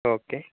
okay